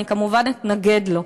ואני כמובן אתנגד לו.